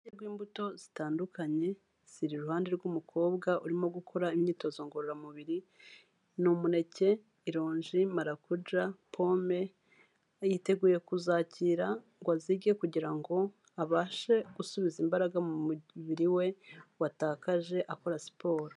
Ubwoko bw'imbuto zitandukanye ziri iruhande rw'umukobwa urimo gukora imyitozo ngororamubiri, ni: umuneke, ironji, marakuja, pome, yiteguye kuzakira ngo azirye kugira ngo abashe gusubiza imbaraga mu mubiri we watakaje akora siporo.